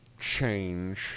change